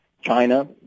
China